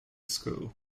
school